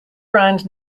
brand